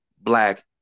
black